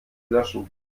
löschen